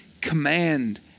command